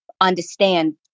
understand